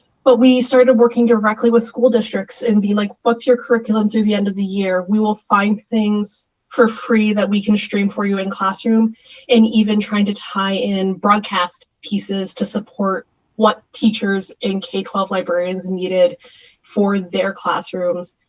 but we started working directly with school districts and we would be like what's your curriculum through the end of the year. we will find things for free that we can stream for you in classroom and even trying to tie in broadcast pieces to support what teachers in k twelve librarians needed for their classrooms.